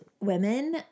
women